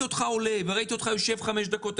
אותך עולה וראיתי אותך יושב חמש דקות,